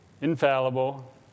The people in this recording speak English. infallible